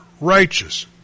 righteous